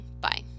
bye